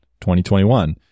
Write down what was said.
2021